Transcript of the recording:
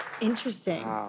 interesting